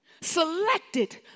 selected